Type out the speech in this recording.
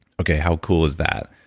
okay, how cool is that?